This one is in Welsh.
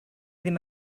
ddim